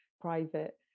private